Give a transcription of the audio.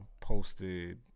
Posted